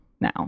now